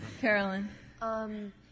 Carolyn